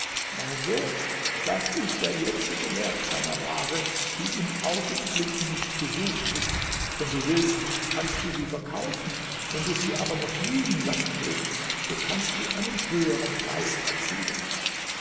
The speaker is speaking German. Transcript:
mein sohn das ist der jetzige wert deiner ware die im augenblick nicht gesucht ist wenn du willst kannst du sie verkaufen wenn du sie aber noch liegen lassen willst so kannst du einen höheren preis erzielen